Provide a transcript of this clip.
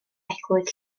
eglwys